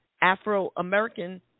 Afro-American